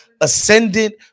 ascendant